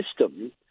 system